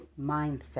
mindset